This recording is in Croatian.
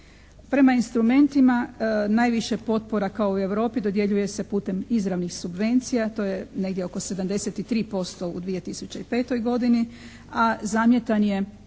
Prema instrumentima najviše potpora kao i u Europi dodjeljuje se putem izravnih subvencija. To je negdje oko 73% u 2005. godini a zamjetan je